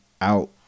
out